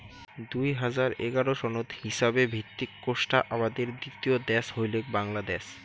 দুই হাজার এগারো সনত হিছাবে ভিত্তিক কোষ্টা আবাদের দ্বিতীয় দ্যাশ হইলেক বাংলাদ্যাশ